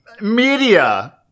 media